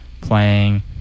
playing